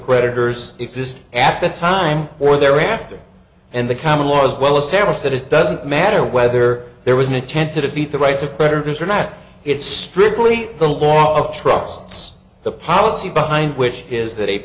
creditors exist at the time or thereafter and the common law as well established that it doesn't matter whether there was an intent to defeat the rights of predators or not it's strictly the war of trusts the policy behind which is that a